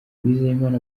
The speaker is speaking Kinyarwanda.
uwizeyimana